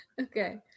Okay